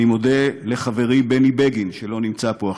אני מודה לחברי בני בגין, שלא נמצא פה עכשיו,